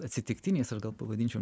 atsitiktiniais aš gal pavadinčiau